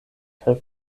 kaj